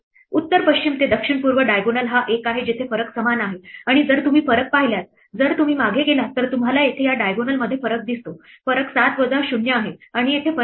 उत्तर पश्चिम ते दक्षिण पूर्व diagonal हा एक आहे जेथे फरक समान आहे आणि जर तुम्ही फरक पाहिल्यास जर तुम्ही मागे गेलात तर तुम्हाला येथे या diagonal मध्ये फरक दिसतो फरक 7 वजा 0 आहे आणि येथे फरक आहे